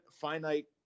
finite